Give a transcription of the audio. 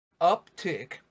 uptick